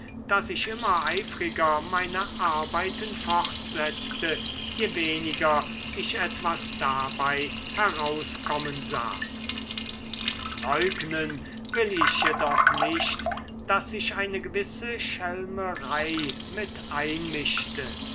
daß ich immer eifriger meine arbeiten fortsetzte je weniger ich etwas dabei herauskommen sah leugnen will ich jedoch nicht daß sich eine gewisse schelmerei mit einmischte